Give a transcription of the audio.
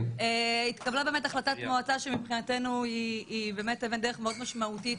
התקבלה באמת החלטת מועצה שמבחינתנו היא אבן דרך מאוד משמעותית,